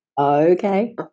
Okay